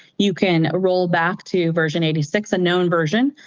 you can rollback to version eighty six, unknown version,